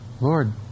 Lord